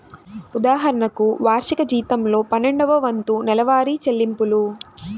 ఉదాహరణకు, వార్షిక జీతంలో పన్నెండవ వంతు నెలవారీ చెల్లింపులు